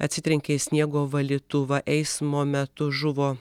atsitrenkė į sniego valytuvą eismo metu žuvo